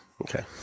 Okay